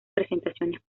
presentaciones